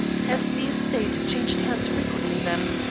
has the estate changed hands frequently then?